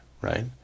right